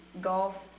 golf